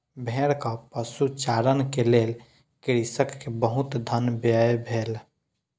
भेड़क पशुचारण के लेल कृषक के बहुत धन व्यय भेल